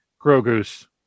Grogu's